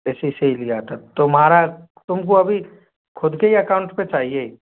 इसी से ही लिया था तुम्हारा तुमको अभी खुद के अकाउंट पे चाहिए